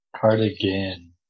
Cardigan